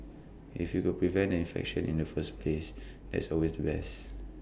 if we could prevent the infection in the first place that's always the best